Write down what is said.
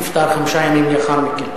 נפטר חמישה ימים לאחר מכן,